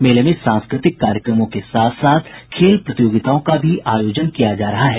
मेले में सांस्कृतिक कार्यक्रमों के साथ साथ खेल प्रतियोगिताओं का भी आयोजन किया जा रहा है